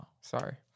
Sorry